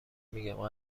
میگم